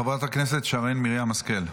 חברת הכנסת שרן מרים השכל,